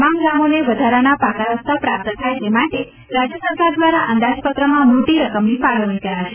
તમામ ગામોને વધારાના પાકા રસ્તા પ્રાપ્ત થાય તે માટે રાજ્ય સરકાર દ્વારા અંદાજપત્રમાં મોટી રકમની ફાળવણી કરાશે